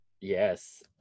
Yes